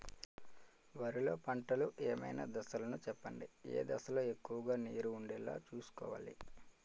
వరిలో పంటలు ఏమైన దశ లను చెప్పండి? ఏ దశ లొ ఎక్కువుగా నీరు వుండేలా చుస్కోవలి?